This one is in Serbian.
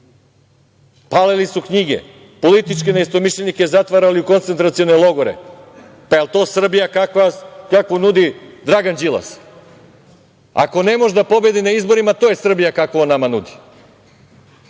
palili su knjige, političke neistomišljenike zatvarali u koncentracione logore. Pa, jel to Srbija kakvu nudi Dragan Đilas? Ako ne može da pobedi na izborima, to je Srbija kakvu on nama nudi. Da